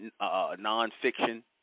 Non-fiction